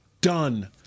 done